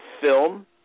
film